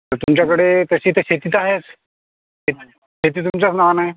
तर तुमच्याकडे तशी तर शेती तर आहेच शेती तुमच्याच नावानं आहे